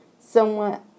somewhat